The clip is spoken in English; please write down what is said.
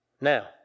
Now